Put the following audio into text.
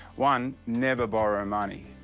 one, never borrow money.